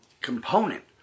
component